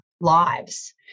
lives